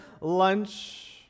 lunch